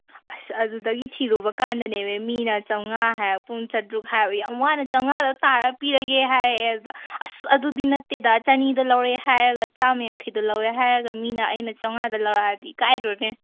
ꯑꯁ ꯑꯗꯨꯗꯒꯤ ꯊꯤꯔꯨꯕ ꯀꯥꯟꯗꯅꯦꯃꯤ ꯃꯤꯅ ꯆꯥꯝꯃꯉꯥ ꯍꯥꯏꯔꯛꯄꯒꯨꯝ ꯆꯥꯇ꯭ꯔꯨꯛ ꯍꯥꯏꯕ ꯌꯥꯝ ꯋꯥꯅ ꯆꯥꯝꯃꯉꯥꯗꯣ ꯇꯥꯔꯒ ꯄꯤꯔꯒꯦ ꯍꯥꯏꯔꯛꯑꯦ ꯑꯗꯨꯗ ꯑꯁ ꯑꯗꯨꯗꯤ ꯅꯠꯇꯦꯗ ꯆꯅꯤꯗ ꯂꯧꯔꯒꯦ ꯍꯥꯏꯔꯒ ꯆꯥꯝꯃ ꯌꯥꯡꯈꯩꯗ ꯂꯧꯔꯛꯑꯦ ꯍꯥꯏꯔꯒ ꯃꯤꯅ ꯑꯩꯅ ꯆꯥꯝꯃꯉꯥꯗ ꯂꯧꯔꯛꯑꯗꯤ ꯏꯀꯥꯏꯗ꯭ꯔꯣꯅꯦ